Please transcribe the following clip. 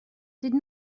did